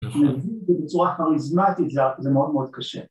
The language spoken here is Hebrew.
‫כי להביא את זה בצורה כריזמטית ‫זה מאוד מאוד קשה.